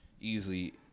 easily